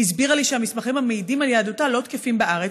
היא הסבירה לי שהמסמכים המעידים על יהדותה לא תקפים בארץ,